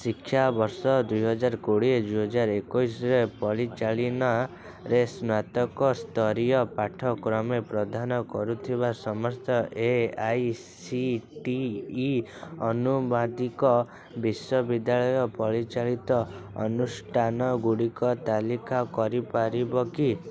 ଶିକ୍ଷାବର୍ଷ ଦୁଇ ହଜାର କୋଡ଼ିଏ ଦୁଇ ହଜାର ଏକୋଇଶରେ ପରିଚାଳିନରେ ସ୍ନାତକସ୍ତରୀୟ ପାଠ୍ୟକ୍ରମ ପ୍ରଧାନ କରୁଥିବା ସମସ୍ତ A I C T E ଅନୁମାଦିକ ବିଶ୍ୱବିଦ୍ୟାଳୟ ପରିଚାଳିତ ଅନୁଷ୍ଠାନ ଗୁଡ଼ିକ ତାଲିକା କରିପାରିବ କି